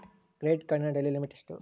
Credit ಕಾರ್ಡಿನ daily limit ಎಷ್ಟು?